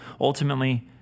ultimately